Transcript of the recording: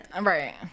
right